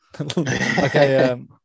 Okay